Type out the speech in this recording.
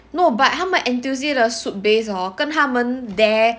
no but 他们 N_T_U_C soup base hor 跟他们 there